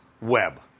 web